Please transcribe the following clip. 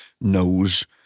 knows